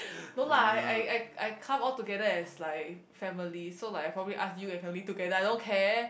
no lah I I I count altogether as like family so like I probably ask you and family together I don't care